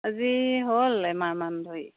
আজি হ'ল এমাহমান ধৰি